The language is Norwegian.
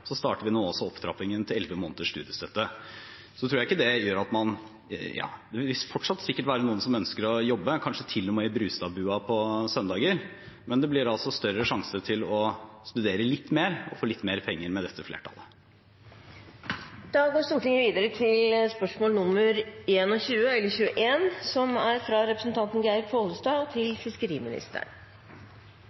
starter vi nå også opptrappingen til elleve måneders studiestøtte. Jeg tror det fortsatt vil være noen som ønsker å jobbe, kanskje til og med i Brustad-bua på søndager, men det blir altså større sjanse til å studere litt mer og få litt mer penger med dette flertallet. Stortinget går tilbake til spørsmål 21. «Fra 1. januar 2017 vil fiskeindustrien måtte forholde seg til en kraftig økning i byråkrati og